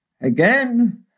Again